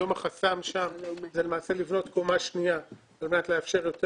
היום החסם שם הוא למעשה לבנות קומה שנייה על מנת לאפשר יותר